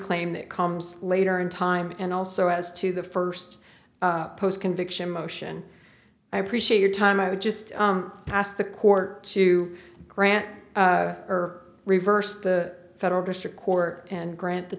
claim that comes later in time and also as to the first post conviction motion i appreciate your time i would just ask the court to grant her reverse the federal district court and grant